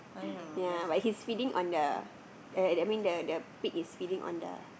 ya but he's feeding on the I mean the pig is feeding on the